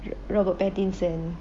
r~ robert pattinson